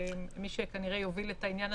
כי הוא מתאם את זה מול משרד הבריאות.